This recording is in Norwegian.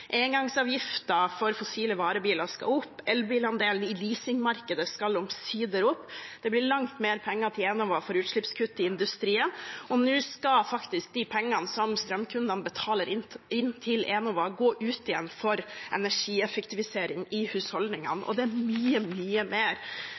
for fossile varebiler skal opp, elbilandelen i leasingmarkedet skal omsider opp, det blir langt mer penger til Enova for utslippskutt i industrien, og nå skal faktisk de pengene som strømkundene betaler inn til Enova, gå ut igjen for energieffektivisering i husholdningene.